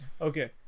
Okay